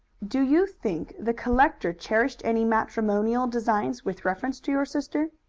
do you think the collector cherished any matrimonial designs with reference to your sister?